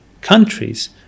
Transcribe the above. countries